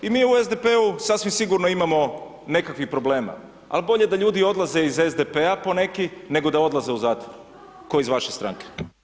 I mi u SDP-u sasvim sigurno imamo nekakvih problema ali bolje da ljudi odlaze iz SDP-a po neki nego da odlaze u zatvor kao iz vaše stranke.